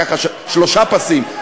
שלושה פסים.